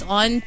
on